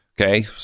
okay